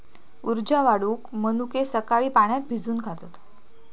उर्जा वाढवूक मनुके सकाळी पाण्यात भिजवून खातत